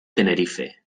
tenerife